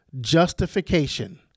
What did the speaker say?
justification